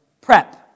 Prep